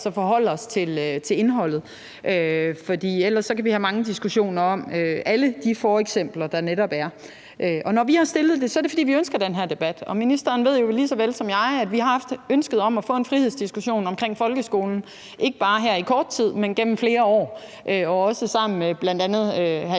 så forholde os til indholdet. For ellers kan vi have mange diskussioner om alle de eksempler, der netop er. Når vi har fremsat det, er det, fordi vi ønsker den her debat, og ministeren ved jo lige så vel som mig, at vi har haft et ønske om at få en frihedsdiskussion om folkeskolen ikke bare i kort tid, men gennem flere år. Også sammen med bl.a. hr.